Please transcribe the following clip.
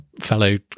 fellow